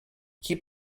keep